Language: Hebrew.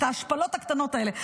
את ההשפלות הקטנות האלה.